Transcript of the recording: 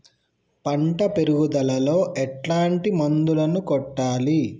పంట పెరుగుదలలో ఎట్లాంటి మందులను కొట్టాలి?